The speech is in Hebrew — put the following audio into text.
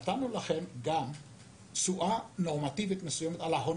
נתנו לכם גם תשואה נורמטיבית מסוימת על ההון